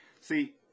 see